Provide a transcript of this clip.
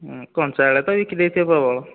କଞ୍ଚାବେଳେ ତ ବିକିଦେଇଥିବେ ପ୍ରବଳ